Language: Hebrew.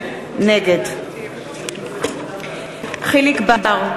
נגד יחיאל חיליק בר,